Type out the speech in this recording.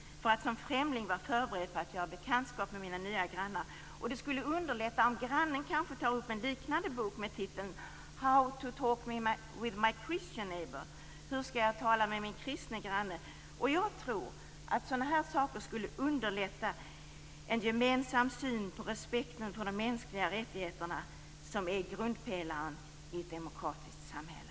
Då skulle jag som främling vara förberedd på att stifta bekantskap med mina nya grannar. Det skulle också underlätta om grannen kanske tar upp en liknande bok med titeln How to talk with my christian neighbour, dvs. Hur skall jag tala med min kristne granne? Jag tror att sådana här saker skulle underlätta en gemensam syn på respekten för de mänskliga rättigheterna, som är grundpelaren i ett demokratiskt samhälle.